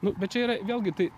nu bet čia yra vėlgi tai